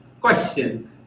Question